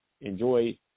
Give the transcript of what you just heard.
enjoy